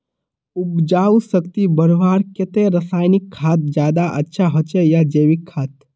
उपजाऊ शक्ति बढ़वार केते रासायनिक खाद ज्यादा अच्छा होचे या जैविक खाद?